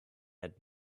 had